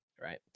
right